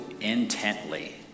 intently